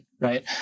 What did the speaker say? Right